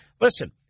Listen